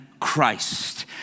Christ